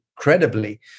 incredibly